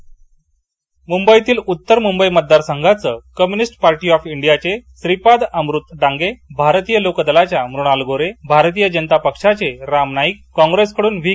उत्तर मुंबई मतदारसंघ मुंबईतील उत्तर मुंबई मतदारसंघांच कम्युनिस्ट पार्टी ऑफ इंडियाचे श्रीपाद अमृत डांगे भारतीय लोकदलाच्या मृणाल गोरे भारतीय जनता पक्षाचे राम नाईक कॉंग्रेसकडून व्ही